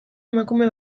emakume